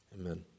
Amen